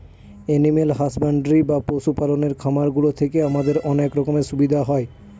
animal husbandry বা পশু পালনের খামার গুলো থেকে আমাদের অনেক রকমের সুবিধা হয়